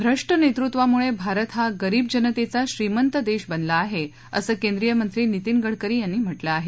भ्रष्ट नेतृत्वामुळे भारत हा गरीब जनतेचा श्रीमंत देश बनला आहे असं केंद्रीय मंत्री नितिन गडकरी यांनी म्हा कें आहे